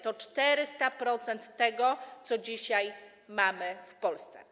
To 400% tego, co dzisiaj mamy w Polsce.